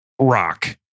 rock